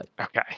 Okay